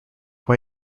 are